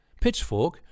Pitchfork